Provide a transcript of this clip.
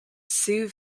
sioux